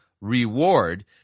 reward